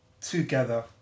together